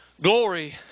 glory